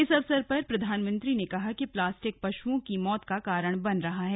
इस अवसर पर प्रधानमंत्री ने कहा कि प्लास्टिक पशुओं की मौत का कारण बन रहा है